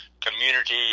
community